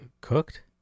cooked